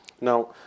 Now